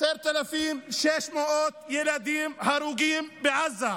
10,600 ילדים הרוגים בעזה,